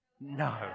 No